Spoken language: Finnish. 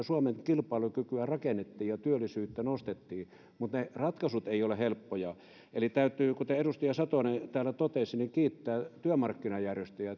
suomen kilpailukykyä rakennettiin ja työllisyyttä nostettiin mutta ne ratkaisut eivät ole helppoja eli täytyy kuten edustaja satonen täällä totesi kiittää työmarkkinajärjestöjä